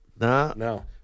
No